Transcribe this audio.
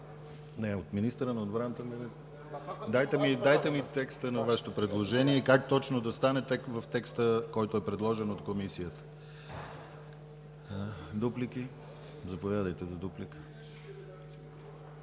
Не на министъра на отбраната. Дайте ми текста на Вашето предложение и как точно да стане в текста, предложен от Комисията. Дуплика? Заповядайте за дуплика.